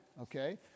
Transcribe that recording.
Okay